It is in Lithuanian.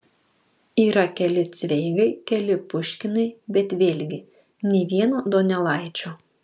yra keli cveigai keli puškinai bet vėlgi nė vieno donelaičio